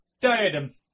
Diadem